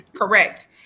Correct